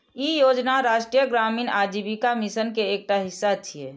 ई योजना राष्ट्रीय ग्रामीण आजीविका मिशन के एकटा हिस्सा छियै